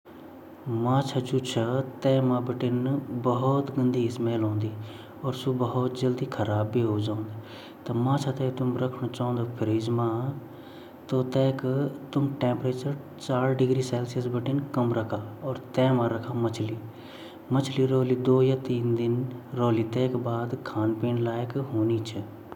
जु मछली छिन वेते हम ध्वे-धा के ज़्यादा से ज़्यदा चार -पाँच दिनों तक फ्रिज मा रख सकन किले तबतकए उ खांड लैक रली वेगा बाद ता उ चाहे क्वे भी सब्ज़ी ची येसे ज़्यदा ख़तरनाक खांड मा वे जैली तो हुमते येसे ज़्यदा क्वे भी सब्ज़ी ची चाहे मछली ची ज़्यादा यूज़ नी करण चैन।